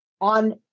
on